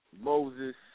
Moses